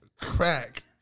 crack